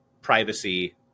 privacy